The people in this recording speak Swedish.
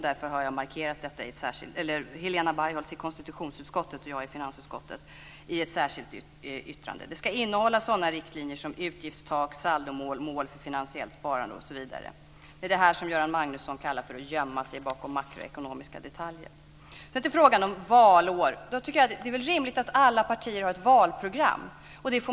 Därför har Helena Bargholtz i konstitutionsutskottet och jag i finansutskottet markerat detta i särskilda yttranden. Det ska finnas sådana riktlinjer som utgiftstak, saldomål, mål för finansiellt sparande osv. Det är det här som Göran Magnusson kallar för att gömma sig bakom makroekonomiska detaljer. Så går jag till frågan om valår. Det är rimligt att alla partier har ett valprogram.